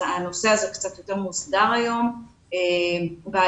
הנושא הזה קצת יותר מוסדר היום מכיוון שההדרכות נעשות על-ידי המרפאות.